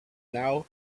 now